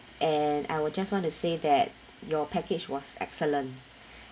and I was just want to say that your package was excellent